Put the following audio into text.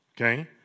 okay